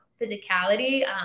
physicality